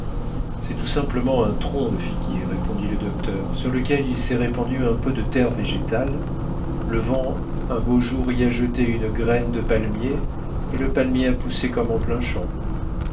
c'est tout simplement un tronc de figuier répondit le docteur sur lequel il s'est répandu un peu de terre végétale le vent un beau jour y a jeté une graine de palmier et le palmier a poussé comme en plein champ